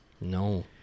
No